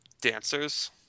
dancers